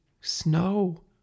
snow